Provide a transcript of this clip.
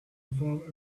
involve